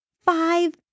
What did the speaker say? five